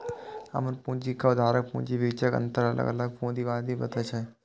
अपन पूंजी आ उधारक पूंजीक बीचक अंतर अलग अलग पूंजीक मादे बतबै छै